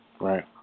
Right